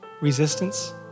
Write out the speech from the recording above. resistance